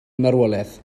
marwolaeth